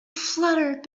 fluttered